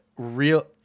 real